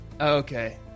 Okay